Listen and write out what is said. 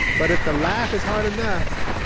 but if the laugh is hard enough,